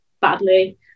badly